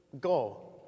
Go